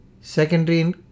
Secondary